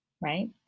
right